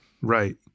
Right